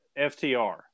FTR